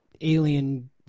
alien